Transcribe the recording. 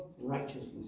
righteousness